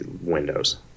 Windows